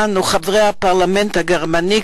אנו חברי הפרלמנט הגרמני,